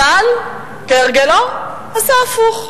אבל כהרגלו עשה הפוך.